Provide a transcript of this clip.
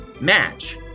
match